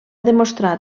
demostrar